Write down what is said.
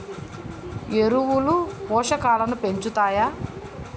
ఎరువులు పోషకాలను పెంచుతాయా?